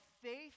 faith